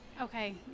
okay